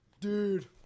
Dude